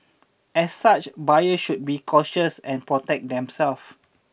as such buyers should be cautious and protect themselves